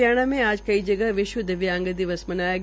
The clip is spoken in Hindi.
हरियाणा में आज कई जगह विश्व दिव्यांग दिवस मनाया गया